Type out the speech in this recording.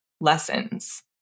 lessons